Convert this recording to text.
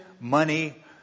money